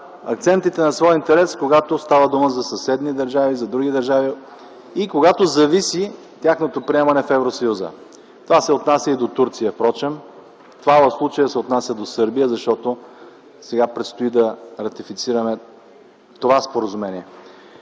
акцентите на своя интерес, когато става дума за съседни държави, за други държави, и когато от това зависи тяхното приемане в Евросъюза. Впрочем, това се отнася и до Турция. В случая то се отнася и до Сърбия, защото сега предстои да ратифицираме това споразумение.